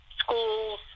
schools